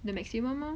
the maximum lor